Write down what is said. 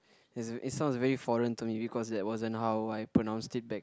is it sounds very foreign to me because that wasn't how I pronounced it back